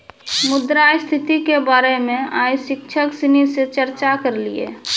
मुद्रा स्थिति के बारे मे आइ शिक्षक सिनी से चर्चा करलिए